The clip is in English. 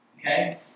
Okay